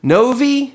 Novi